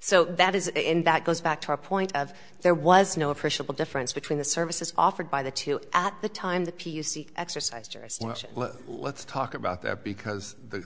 so that is in that goes back to a point of there was no appreciable difference between the services offered by the two at the time the p u c exercisers let's talk about that because the